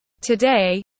Today